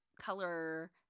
color